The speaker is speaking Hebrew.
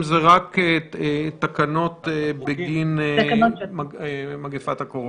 אצלכם זה רק תקנות בגין מגפת הקורונה.